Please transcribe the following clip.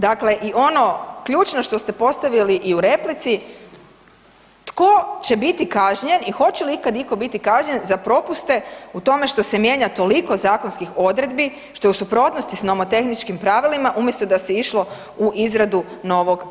Dakle, i ono ključno što ste postavili i u replici, tko će biti kažnjen i hoće li ikad iko biti kažnjen za propuste u tome što se mijenja toliko zakonskih odredbi, što je u suprotnosti s nomotehničkim pravilima, umjesto da se išlo u izradu novog zakona?